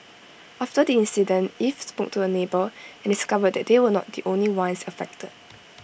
after the incident eve spoke to her neighbour and discovered that they were not the only ones affected